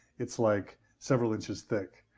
it's like several inches thick,